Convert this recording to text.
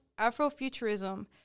Afrofuturism